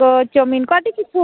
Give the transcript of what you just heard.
roll chow mein ᱠᱚ ᱟᱹᱰᱤ ᱠᱤᱪᱷᱩ